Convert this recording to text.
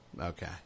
Okay